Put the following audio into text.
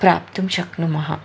प्राप्तुं शक्नुमः